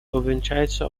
увенчается